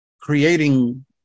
creating